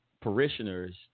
parishioners